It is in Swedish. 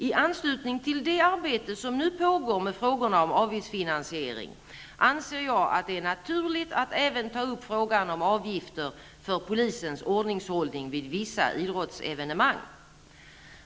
I anslutning till det arbete som nu pågår med frågorna om avgiftsfinansiering anser jag att det är naturligt att även ta upp frågan om avgifter för polisens ordningshållning vid dessa idrottsevenemang.